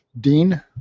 Dean